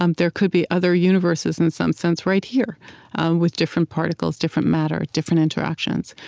um there could be other universes, in some sense, right here with different particles, different matter, different interactions,